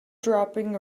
dropping